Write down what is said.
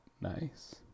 nice